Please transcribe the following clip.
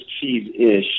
cheese-ish